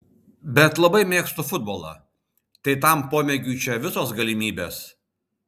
bet labai mėgstu futbolą tai tam pomėgiui čia visos galimybės